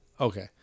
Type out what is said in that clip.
Okay